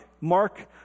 Mark